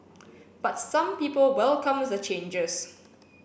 but some people welcome the changes